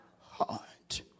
heart